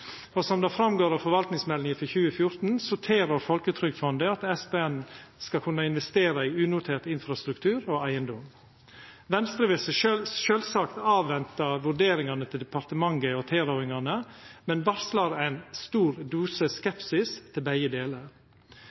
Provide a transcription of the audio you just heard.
Og som det går fram av forvaltingsmeldinga for 2014, rår Folketrygdfondet til at SPN skal kunna investera i unotert infrastruktur og eigedom. Venstre vil sjølvsagt avventa vurderingane til departementet og tilrådinga derifrå, men varslar ein stor dose skepsis til begge delar.